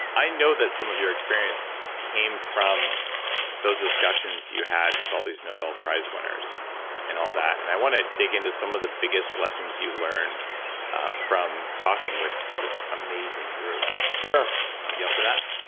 i know that some of your experience came from those discussions you had with all these nobel prize winners and all that, and i want to dig some of the biggest lessons you learned from talking with this amazing group sure you up for that?